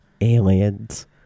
Aliens